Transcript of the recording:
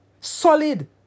solid